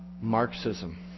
Marxism